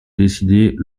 décidée